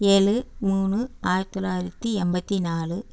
ஏழு மூணு ஆயிரத்து தொள்ளாயிரத்து எண்பத்தி நாலு